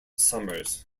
summers